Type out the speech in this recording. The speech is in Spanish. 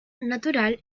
natural